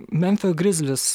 memfio grizlis